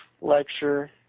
lecture